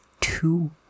two